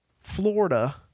Florida